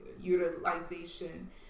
Utilization